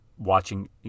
watching